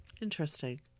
Interesting